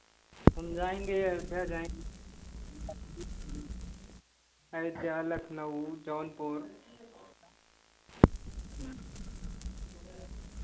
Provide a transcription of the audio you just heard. हम जाएँगे अयोध्या जाएँगे अयोध्या लखनऊ जौनपुर